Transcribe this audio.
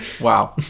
Wow